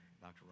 Dr